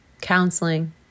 counseling